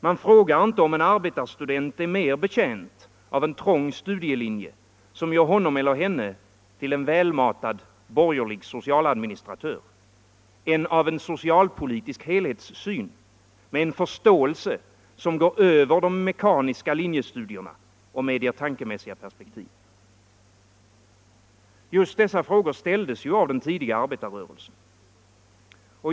Man frågar inte om en arbetarstudent är mer betjänt av en trång studielinje, som gör honom eller henne till en välmatad borgerlig socialadministratör, än av en socialpolitisk helhetssyn med en förståelse som går utöver de mekaniska linjestudierna och medger tankemässiga perspektiv. Just dessa frågor ställdes ju av den tidiga arbetarrörelsen.